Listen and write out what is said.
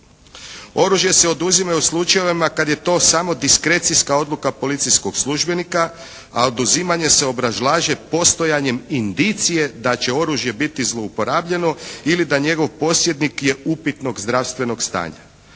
Oružje se oduzima i u slučajevima kad je to samo diskrecijska odluka policijskog službenika a oduzimanje se obrazlaže postojanjem indicije da će oružje biti zlouporabljeno ili da njegov posjednik je upitnog zdravstvenog stanja.